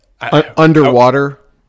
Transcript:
Underwater